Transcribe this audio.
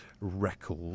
record